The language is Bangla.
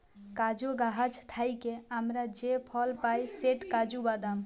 কাজু গাহাচ থ্যাইকে আমরা যে ফল পায় সেট কাজু বাদাম